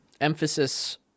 Emphasis